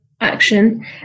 action